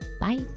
Bye